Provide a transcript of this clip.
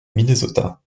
minnesota